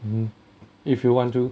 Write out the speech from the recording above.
mmhmm if you want to